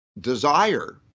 desire